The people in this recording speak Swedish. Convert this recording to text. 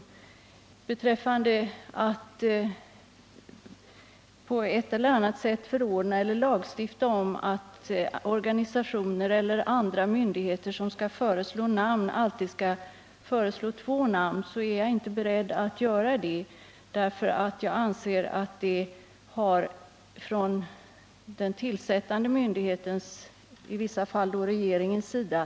Vad gäller ett förfarande där man på ett eller annat sätt förordnar eller lagstiftar om att organisationer eller myndigheter i tillsättningsärenden alltid skall föreslå två personer, en man och en kvinna, är jag inte beredd att förorda ett sådant system. Jag anser nämligen att detta medför en styrning från den tillsättande myndighetens, i vissa fall regeringens, sida.